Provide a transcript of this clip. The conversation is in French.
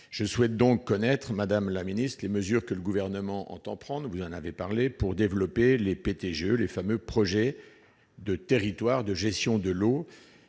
Je souhaite donc connaître, madame la ministre, les mesures que le Gouvernement entend prendre pour développer les PTGE, les fameux projets de territoire pour la gestion de l'eau,